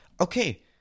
Okay